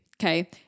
Okay